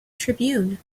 tribune